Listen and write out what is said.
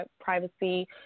privacy